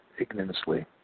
ignominiously